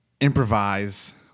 improvise